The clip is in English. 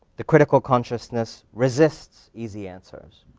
the critical consciousness resists easy answers.